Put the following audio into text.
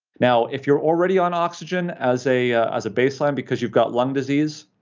now if you're already on oxygen as a as a baseline, because you've got lung disease,